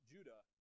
Judah